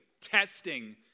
testing